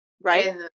Right